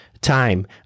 time